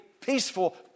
peaceful